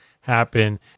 happen